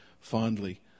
fondly